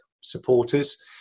supporters